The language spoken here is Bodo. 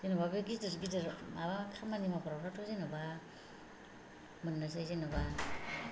जेनेबा बे गिदिर गिदिर माबा खामानि मावग्राफ्राथ' जेनेबा मोननोसै जेनेबा